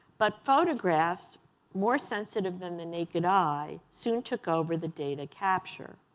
but photographs more sensitive than the naked eye soon took over the data capture.